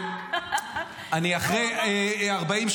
אי-אפשר.